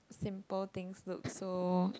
simple things look so